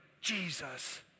Jesus